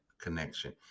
connection